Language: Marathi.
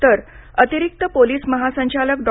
तर अतिरिक्त पोलीस महासंचालक डॉ